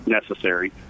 necessary